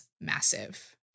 massive